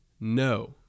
No